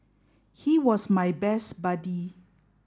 he was my best buddy